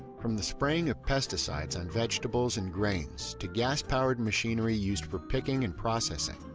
from the spraying of pesticides on vegetables and grains to gas-powered machinery used for picking and processing.